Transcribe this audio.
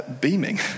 beaming